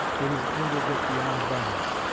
did his anger get beyond bounds.